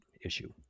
issue